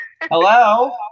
Hello